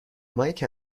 مایک